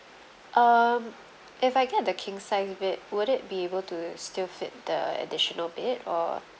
um if I get the king size bed would it be able to still fit the additional bed or